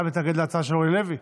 אתה מתנגד להצעה של אורלי לוי?